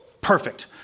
perfect